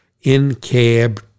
in-cab